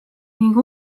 ning